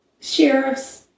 sheriff's